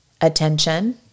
attention